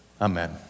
Amen